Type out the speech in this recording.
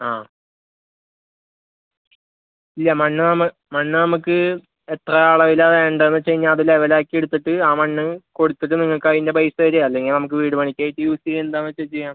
ആ ഇല്ല മണ്ണ് മണ്ണു നമുക്ക് എത്ര അളവിലാണു വേണ്ടതെന്നുവച്ചുകഴിഞ്ഞാല് അത് ലെവലാക്കി എടുത്തിട്ട് ആ മണ്ണ് കൊടുത്തിട്ട് നിങ്ങള്ക്കതിന്റെ പൈസ തരികയോ അല്ലെങ്കില് നമുക്ക് വീടു പണിക്കായിട്ട് യൂസ് ചെയ്യുകയോ എന്താണെന്നുവച്ചാല് ചെയ്യാം